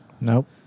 Nope